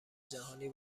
جهانی